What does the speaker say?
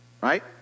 right